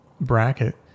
bracket